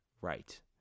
right